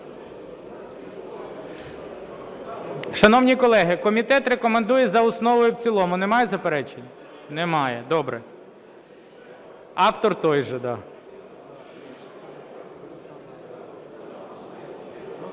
Шановні колеги, комітет рекомендує за основу і в цілому. Немає заперечень? Немає, добре. Автор той же, да.